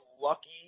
lucky